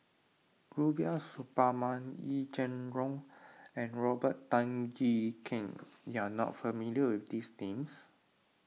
Rubiah Suparman Yee Jenn Jong and Robert Tan Jee Keng you are not familiar with these names